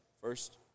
first